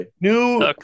new